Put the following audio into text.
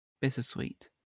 bittersweet